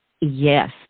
Yes